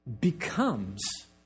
becomes